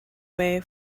way